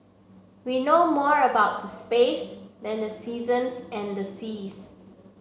we know more about the space than the seasons and the seas